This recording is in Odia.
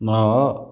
ନଅ